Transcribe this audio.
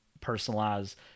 personalized